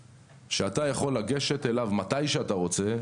שאתה יכול לגשת אליו מתי שאתה רוצה,